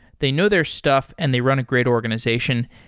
they know their stuff and they run a great organization.